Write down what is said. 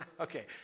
Okay